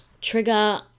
trigger